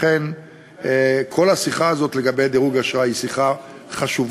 לכן כל השיחה הזאת לגבי דירוג אשראי היא שיחה חשובה,